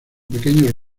pequeños